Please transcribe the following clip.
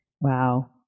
Wow